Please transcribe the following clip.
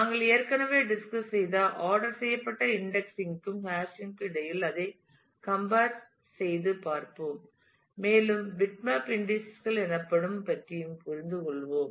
நாங்கள் ஏற்கனவே டிஸ்கஸ் செய்ய ஆர்டர் செய்யப்பட்ட இன்டெக்ஸிங் க்கும் ஹாஷிங்கிற்கும் இடையில் அதை கம்பர் சீட்டு பார்ப்போம் மேலும் பிட்மேப் இன்டீஸஸ் கள் எனப்படுவதைப் பற்றியும் புரிந்துகொள்வோம்